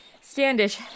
Standish